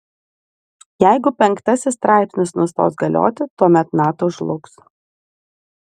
jeigu penktasis straipsnis nustos galioti tuomet nato žlugs